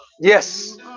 Yes